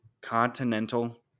continental